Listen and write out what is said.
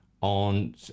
on